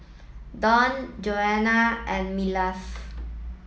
Dawne Joanna and Milas